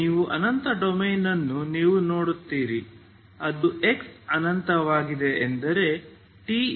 ನೀವು ಅನಂತ ಡೊಮೇನ್ ಅನ್ನು ನೀವು ನೋಡುತ್ತೀರಿ ಅದು x ಅನಂತವಾಗಿದೆ ಆದರೆ t0